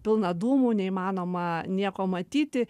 pilna dūmų neįmanoma nieko matyti